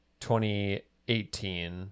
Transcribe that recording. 2018